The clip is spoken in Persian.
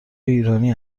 ایرانی